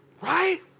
Right